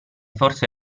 forse